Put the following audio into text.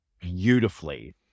beautifully